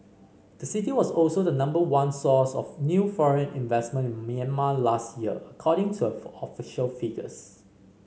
the city was also the number one source of new foreign investment in Myanmar last year according to official figures